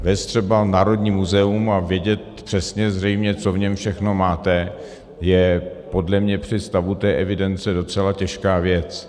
Vést třeba Národní muzeum a vědět přesně zřejmě, co v něm všechno máte, je podle mě při stavu té evidence docela těžká věc.